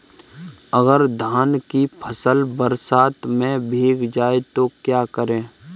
अगर धान की फसल बरसात में भीग जाए तो क्या करें?